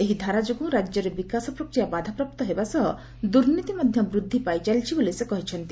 ଏହି ଧାରା ଯୋଗୁଁ ରାଜ୍ୟରେ ବିକାଶପ୍ରକ୍ରିୟ ବାଧାପ୍ରାପ୍ତ ହେବା ସହ ଦୁର୍ନୀତି ମଧ୍ୟ ବୃଦ୍ଧି ପାଇଚାଲିଛି ବୋଲି ସେ କହିଛନ୍ତି